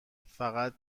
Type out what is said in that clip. فقط